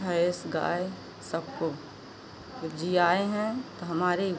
भैंस गाय सबको जब जियाए हैं तो हमारी